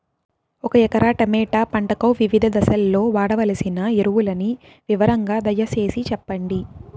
ఒక ఎకరా టమోటా పంటకు వివిధ దశల్లో వాడవలసిన ఎరువులని వివరంగా దయ సేసి చెప్పండి?